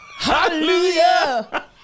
Hallelujah